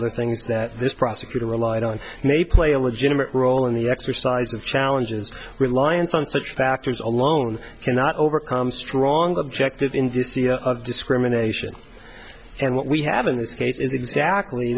other things that this prosecutor relied on may play a legitimate role in the exercise of challenges reliance on such factors alone cannot overcome strong objective indicia of discrimination and what we have in this case is exactly